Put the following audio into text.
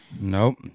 Nope